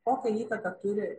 kokią įtaką turi